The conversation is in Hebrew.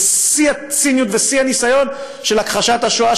זה שיא הציניות ושיא הניסיון של הכחשת השואה,